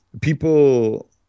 people